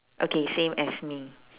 okay same as me